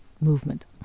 movement